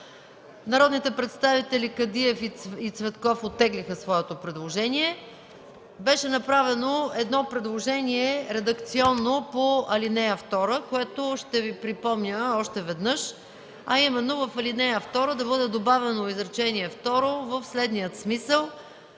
Народните представители Кадиев и Цветков оттеглиха своето предложение. Беше направено едно редакционно предложение по ал. 2, което ще Ви припомня още веднъж – в ал. 2 да бъде добавено изречение второ в следния смисъл: